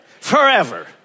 forever